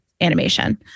animation